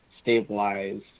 stabilize